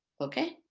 okay?